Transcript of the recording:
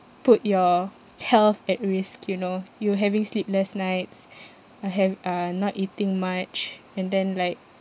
put your health at risk you know you having sleepless nights uh hav~ uh not eating much and then like